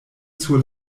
sur